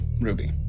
Ruby